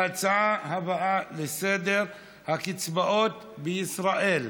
ההצעות הבאות לסדר-היום: הקצבאות בישראל,